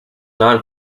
non